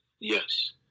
Yes